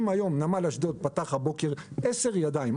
אם היום נמל אשדוד פתח הבוקר עשר "ידיים",